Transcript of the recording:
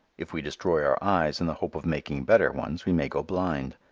if we destroy our eyes in the hope of making better ones we may go blind.